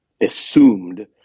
assumed